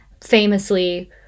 Famously